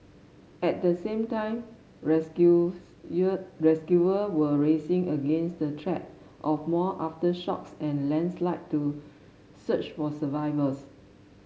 at the same time rescuers rescuer were racing against the threat of more aftershocks and landslides to search for survivors